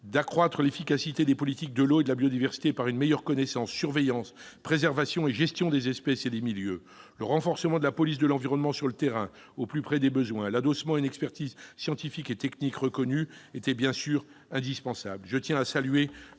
d'accroître l'efficacité des politiques de l'eau et de la biodiversité par une meilleure connaissance, surveillance, préservation et gestion des espèces et milieux. Le renforcement de la police de l'environnement sur le terrain, au plus près des besoins, et l'adossement à une expertise scientifique et technique reconnue étaient bien sûr indispensables.